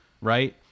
right